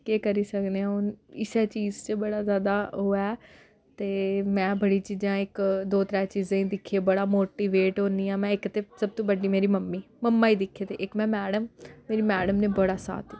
केह् करी सकने आं हून इस्सै चीज़ च बड़ा जादा ओह् ऐ ते में बड़ी चीजां इक दो त्रै चीजें गी दिक्खियै बड़ा मोटीवेट होन्नी आं में इक ते सब तूं बड्डी मेरी मम्मी मम्मा गी दिक्खे इक में मैडम मेरी मैडम ने बड़ा साथ